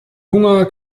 hunger